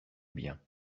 bien